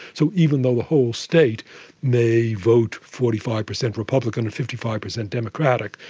so even though a whole state may vote forty five percent republican, fifty five percent democratic,